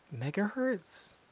megahertz